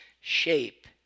shape